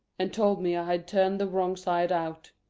and told me i had turn'd the wrong side out.